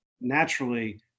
naturally